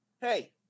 hey